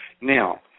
Now